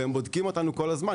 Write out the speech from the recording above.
הם בודקים אותנו כל הזמן,